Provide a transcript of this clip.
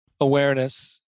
awareness